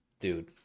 dude